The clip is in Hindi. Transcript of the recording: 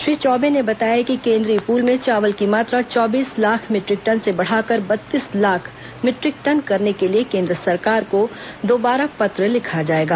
श्री चौबे ने बताया कि केंद्रीय पूल में चावल की मात्रा चौबीस लाख मीटरिक टन से बढ़ाकर बत्तीस लाख मीटरिक टन करने के लिए केंद्र सरकार को दोबारा पत्र लिखा जाएगा